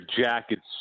jacket's